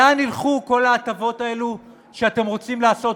לאן ילכו כל ההטבות האלו שאתם רוצים לעשות,